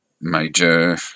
major